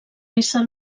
ésser